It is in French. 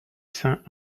saint